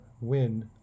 win